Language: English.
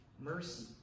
mercy